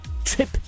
trip